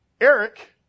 Eric